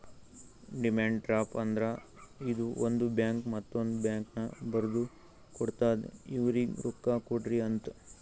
demand draft ಅಂದ್ರ ಇದು ಒಂದು ಬ್ಯಾಂಕ್ ಮತ್ತೊಂದ್ ಬ್ಯಾಂಕ್ಗ ಬರ್ದು ಕೊಡ್ತಾದ್ ಇವ್ರಿಗ್ ರೊಕ್ಕಾ ಕೊಡ್ರಿ ಅಂತ್